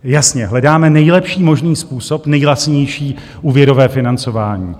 Jasně, hledáme nejlepší možný způsob, nejlacinější úvěrové financování.